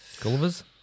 Gulliver's